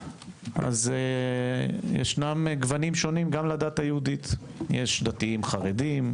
אז ישנם גוונים שונים גם לדת היהודית - יש דתיים חרדים,